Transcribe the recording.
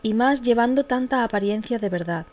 y más llevando tanta apariencia de verdad